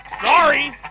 sorry